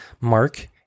Mark